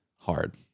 hard